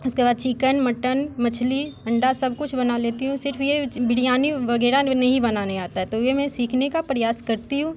उसके बाद chicken mutton मछली अंडा सब कुछ बना लेती हूँ सिर्फ ये बिरयानी वगैरह नहीं बनाने आता है तो ये मैं सीखने का प्रयास करती हूँ